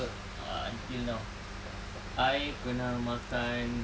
ah until now I pernah makan